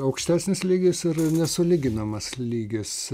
aukštesnis lygis ir nesulyginamas lygis